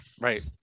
Right